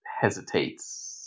hesitates